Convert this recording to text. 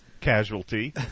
casualty